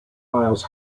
miles